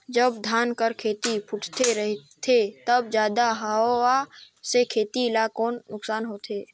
जब धान कर खेती फुटथे रहथे तब जादा हवा से खेती ला कौन नुकसान होथे?